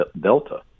Delta